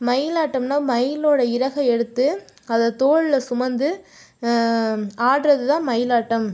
மயிலாட்டம்னால் மயிலோட இறகை எடுத்து அதை தோளில் சுமந்து ஆடுறதுதான் மயிலாட்டம்